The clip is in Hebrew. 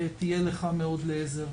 תהיה לך מאוד לעזר.